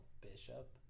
Bishop